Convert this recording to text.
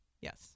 Yes